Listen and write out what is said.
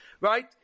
right